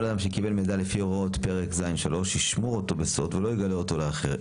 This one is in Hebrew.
אדם שקיבל מידע לפי הוראות פרק ז'3 ישמור אותו בסוד ולא יגלה אותו לאחר,